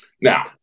Now